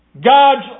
God's